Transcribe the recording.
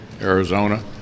Arizona